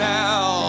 now